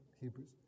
Hebrews